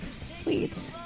Sweet